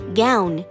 gown